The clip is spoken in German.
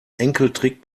enkeltrick